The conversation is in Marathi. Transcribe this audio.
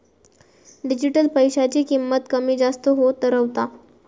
डिजिटल पैशाची किंमत कमी जास्त होत रव्हता